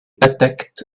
attacked